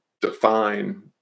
define